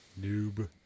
Noob